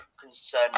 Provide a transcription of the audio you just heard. concern